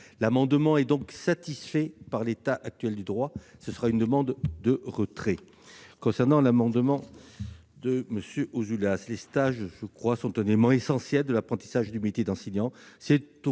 amendement est donc satisfait par l'état actuel du droit. J'en demande le retrait. Concernant l'amendement de M. Ouzoulias, les stages sont un élément essentiel de l'apprentissage du métier d'enseignant.